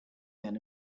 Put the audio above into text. men